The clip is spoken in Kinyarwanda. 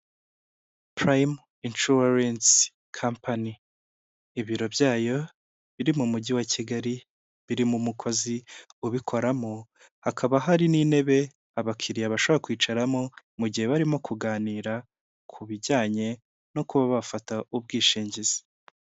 Prime Insurance Company, ibiro byayo biri mu mugi wa Kigali birimo umukozi ubikoramo, hakaba hari n'intebe abakiliriya bashobora kwicaramo mu gihe barimo kuganira ku bijyanye no kuba bafata ubwishingizi.